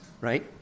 right